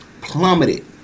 plummeted